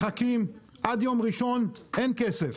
מחכים עד יום ראשון, אין כסף.